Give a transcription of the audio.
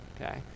okay